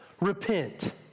Repent